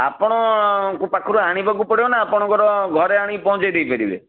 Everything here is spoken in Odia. ଆପଣଙ୍କ ପାଖରୁ ଆଣିବାକୁ ପଡ଼ିବ ନା ଆପଣଙ୍କର ଘରେ ଆଣିକି ପହଁଞ୍ଚେଇ ଦେଇପାରିବେ